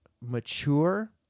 mature